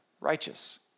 righteous